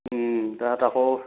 তাত আকৌ